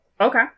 Okay